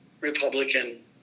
Republican